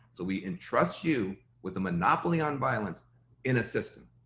so we entrust you with a monopoly on violence in a system.